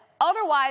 otherwise